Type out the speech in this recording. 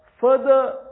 further